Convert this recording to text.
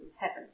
heaven